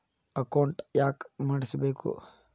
Account ಯಾಕ್ ಮಾಡಿಸಬೇಕು?